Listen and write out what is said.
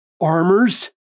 armors